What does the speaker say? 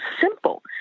simple